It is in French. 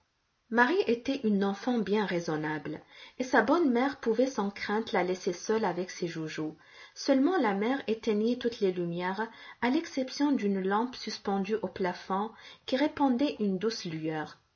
marie était une enfant bien raisonnable et sa bonne mère pouvait sans crainte la laisser seule avec ses joujoux seulement la mère éteignit toutes les lumières à l'exception d'une lampe suspendue au plafond qui répandait une douce lueur